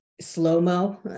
slow-mo